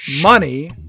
money